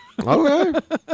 Okay